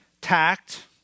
tact